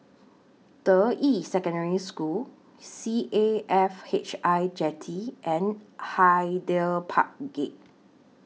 Deyi Secondary School C A F H I Jetty and Hyder Park Gate